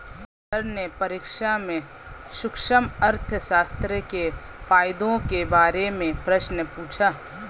sir ने परीक्षा में सूक्ष्म अर्थशास्त्र के फायदों के बारे में प्रश्न पूछा